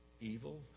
evil